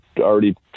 already